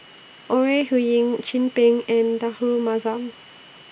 Ore Huiying Chin Peng and Rahayu Mahzam